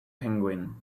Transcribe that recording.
penguin